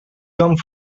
come